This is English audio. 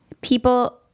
people